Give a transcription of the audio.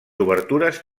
obertures